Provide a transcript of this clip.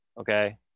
Okay